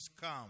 come